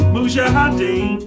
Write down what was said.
Mujahideen